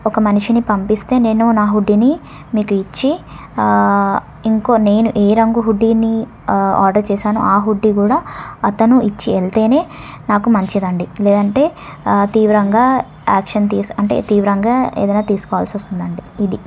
ఒక మనిషిని పంపిస్తే నేను నా హుడ్డీని మీకు ఇచ్చి ఇంకో నేను ఏ రంగు హుడ్డీని ఆర్డర్ చేసానో ఆ హుడ్డీ కూడా అతను ఇచ్చి వెళితేనే నాకు మంచిది అండి లేదంటే తీవ్రంగా యాక్షన్ తీసి అంటే తీవ్రంగా ఏదైనా తీసుకోవాల్సి వస్తుంది అండి ఇది